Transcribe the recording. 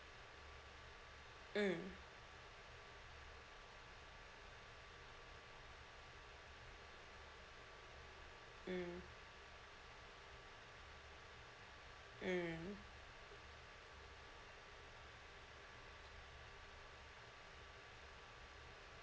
mm mm mm